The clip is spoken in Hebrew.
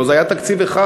הלוא זה היה תקציב אחד,